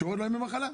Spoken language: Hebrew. שיורדים לו ימי מחלה.